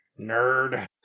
nerd